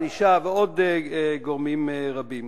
הענישה ועוד גורמים רבים.